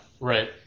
Right